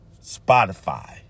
Spotify